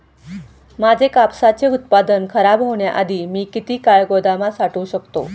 माझे कापसाचे उत्पादन खराब होण्याआधी मी किती काळ गोदामात साठवू शकतो?